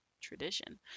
tradition